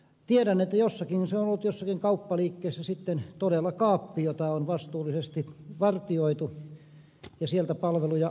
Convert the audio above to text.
tiedän että se on ollut jossakin kauppaliikkeessä sitten todella kaappi jota on vastuullisesti vartioitu ja sieltä on palveluja annettu